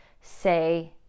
say